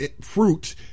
fruit